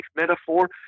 metaphor